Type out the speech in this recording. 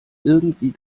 irgendwie